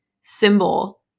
symbol